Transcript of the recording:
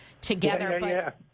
together